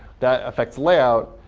that affects layout.